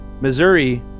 Missouri